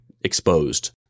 exposed